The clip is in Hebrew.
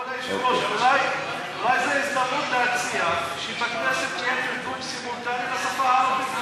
אולי זאת הזדמנות להציע שבכנסת יהיה תרגום סימולטני מהשפה הערבית.